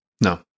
No